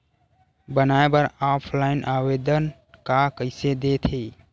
बनाये बर ऑफलाइन आवेदन का कइसे दे थे?